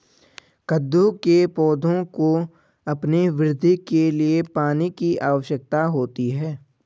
कद्दू के पौधों को अपनी वृद्धि के लिए पानी की आवश्यकता होती है